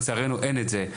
לצערנו אין את זה,